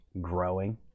growing